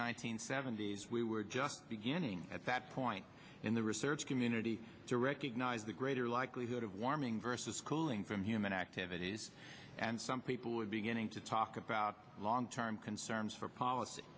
hundred seventy s we were just beginning at that point in the research community to recognize the greater likelihood of warming versus cooling from human activities and some people would beginning to talk about long term concerns for policy